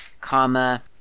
comma